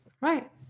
Right